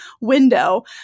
window